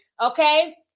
Okay